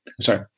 sorry